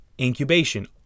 incubation